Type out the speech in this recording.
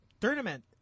tournament